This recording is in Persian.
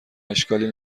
اشکالی